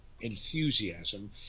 enthusiasm